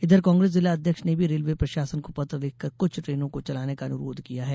इधर कांग्रेस जिला अध्यक्ष ने भी रेलवे प्रशासन को पत्र लिख कर कुछ ट्रेनों को चलाने का अनुरोध किया है